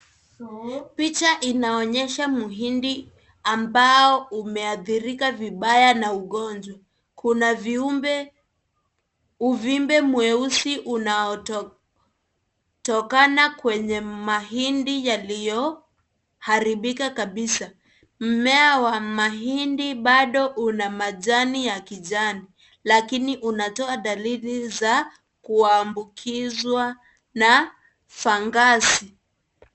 Picha inaonyesha mhindi ambao umeathirika vibaya na ugonjwa. Kuna viumbe, uvimbe mweusi unaotokana kwenye mahindi yaliyoharibika kabisa. Mmea wa mahindi bado una majani ya kijani lakini unatoa dalili za kuambukizwa na fungus .